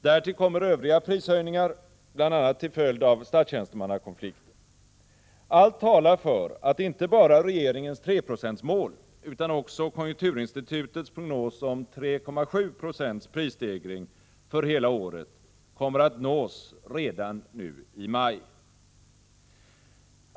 Därtill kommer övriga prishöjningar, bl.a. till följd av statstjänstemannakonflikten. Allt talar för att inte bara regeringens 3-procentsmål utan också konjunkturinstitutets prognos om 3,7 76 prisstegring för hela året kommer att nås redan nu i maj.